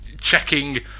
checking